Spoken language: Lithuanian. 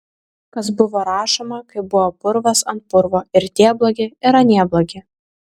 kas buvo rašoma kai buvo purvas ant purvo ir tie blogi ir anie blogi